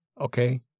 Okay